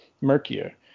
murkier